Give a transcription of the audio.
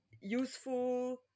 useful